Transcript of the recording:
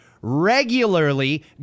regularly